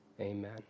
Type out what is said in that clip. Amen